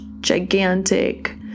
gigantic